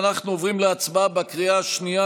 אנחנו עוברים להצבעה בקריאה השנייה,